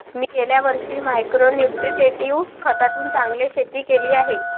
मी गेल्या वर्षी मायक्रो न्युट्रिट्रेटिव्ह खतातून चांगले शेती केली आहे